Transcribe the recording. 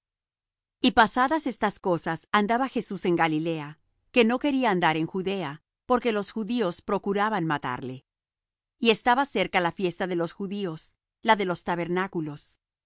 y pasadas estas cosas andaba jesús en galilea que no quería andar en judea porque los judíos procuraban matarle y estaba cerca la fiesta de los judíos la de los tabernáculos